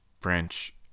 French